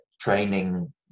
training